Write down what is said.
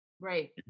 right